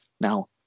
Now